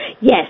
Yes